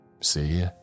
See